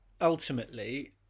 ultimately